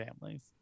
families